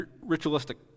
ritualistic